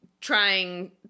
Trying